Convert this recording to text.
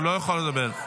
הוא לא יכול לדבר.